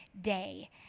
day